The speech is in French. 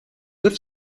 neuf